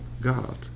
God